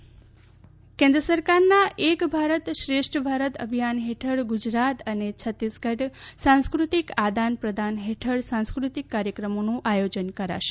ગુજરાત છત્તીસગઢ કેન્દ્ર સરકારના એક ભારત શ્રેષ્ઠ ભારત અભિયાન હેઠળ ગુજરાત અને છત્તીસગઢ સાંસ્કૃતિક આદાનપ્રદાન હેઠળ સાંસ્કૃતિક કાર્યક્રમોનું આયોજન કરશે